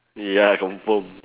ya confirm